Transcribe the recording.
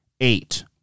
eight